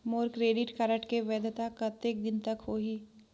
मोर credit card के वैधता कतेक दिन कर होही?